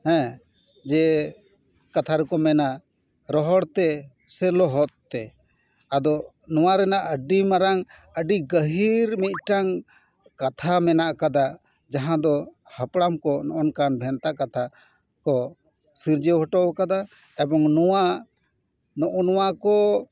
ᱦᱮᱸ ᱡᱮ ᱠᱟᱛᱷᱟ ᱨᱮᱠᱚ ᱢᱮᱱᱟ ᱨᱚᱦᱚᱲ ᱛᱮ ᱥᱮ ᱞᱚᱦᱚᱫ ᱛᱮ ᱟᱫᱚ ᱱᱚᱣᱟ ᱨᱮᱱᱟᱜ ᱟᱹᱰᱤ ᱢᱟᱨᱟᱝ ᱟᱹᱰᱤ ᱜᱟᱹᱜᱤᱨ ᱢᱤᱫᱴᱟᱝ ᱠᱟᱛᱷᱟ ᱢᱮᱱᱟᱜ ᱟᱠᱟᱫᱟ ᱡᱟᱦᱟᱸ ᱫᱚ ᱦᱟᱯᱲᱟᱢ ᱠᱚ ᱱᱚᱜᱼᱚᱭ ᱚᱝᱠᱟᱱ ᱵᱷᱮᱱᱛᱟ ᱠᱟᱛᱷᱟ ᱠᱚ ᱥᱤᱨᱡᱟᱹᱣ ᱦᱚᱴᱚ ᱟᱠᱟᱫᱟ ᱮᱵᱚᱝ ᱱᱚᱣᱟ ᱱᱚᱜᱼᱚᱭ ᱱᱚᱣᱟ ᱠᱚ